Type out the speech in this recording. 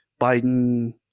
Biden